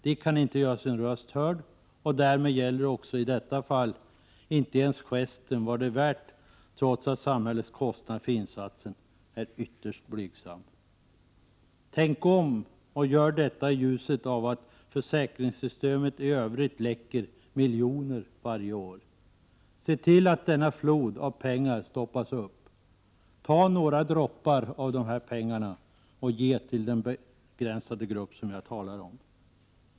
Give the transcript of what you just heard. De kan inte göra sina röster hörda, och därmed gäller också i detta fall inte ens gesten ”Var det värt detta?” , trots att samhällets kostnad för insatsen är ytterst blygsam. svår rehabiliteringen kan bli om man får vänta halvår eller år. Motivationen sjunker och därmed förhindras en snabb återgång till arbetslivet. För RR ae Tänk om, och gör det i ljuset av att försäkringssystemet i övrigt läcker miljoner varje år. Se till att denna flod av pengar stoppas. Ta några droppar av dessa pengar och ge till den begränsade grupp jag talar om.